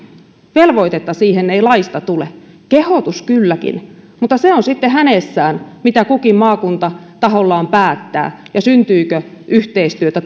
velvoitetta siihen ei laista tule kehotus kylläkin mutta se on sitten hänessään mitä kukin maakunta tahollaan päättää ja syntyykö yhteistyötä